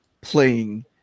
playing